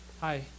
Hi